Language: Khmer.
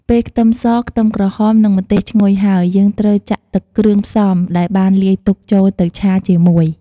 ពេលខ្ទឹមស ខ្ទឹមក្រហម និងម្ទេសឈ្ងុយហើយ យើងត្រូវចាក់ទឹកគ្រឿងផ្សំដែលបានលាយទុកចូលទៅឆាជាមួយ។